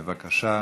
בבקשה,